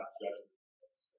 judgment